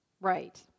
Right